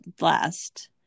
last